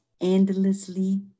endlessly